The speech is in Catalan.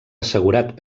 assegurat